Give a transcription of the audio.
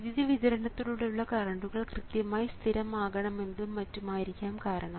വൈദ്യുതി വിതരണത്തിലൂടെയുള്ള കറണ്ടുകൾ കൃത്യമായി സ്ഥിരം ആകണമെന്നതും മറ്റും ആയിരിക്കാം കാരണം